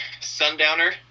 Sundowner